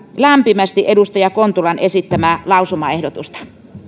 lämpimästi edustaja kontulan esittämää lausumaehdotusta